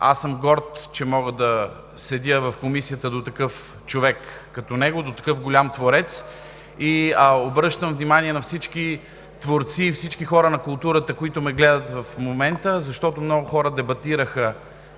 Аз съм горд, че мога да седя в Комисията до такъв човек като него, до такъв голям творец. Обръщам внимание на всички творци и всички хора на културата, които ме гледат в момента, защото много хора дебатираха